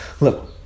Look